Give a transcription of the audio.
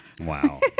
Wow